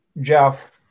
Jeff